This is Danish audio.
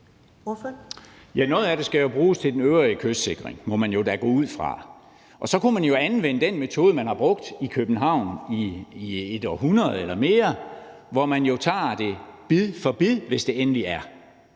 Noget af det skal jo bruges til den øvrige kystsikring, må man da gå ud fra. Og så kunne man jo anvende den metode, man har brugt i København i et århundrede eller mere, hvor man jo tager det bid for bid, hvis det endelig er,